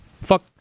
fuck